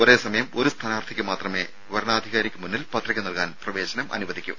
ഒരേ സമയം ഒരു സ്ഥാനാർത്ഥിക്ക് മാത്രമേ വരണാധികാരിക്ക് മുന്നിൽ പത്രിക നൽകാൻ പ്രവേശനം അനുവദിക്കൂ